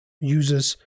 users